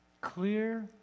Clear